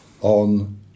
on